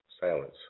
Silence